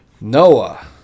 Noah